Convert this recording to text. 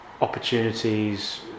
opportunities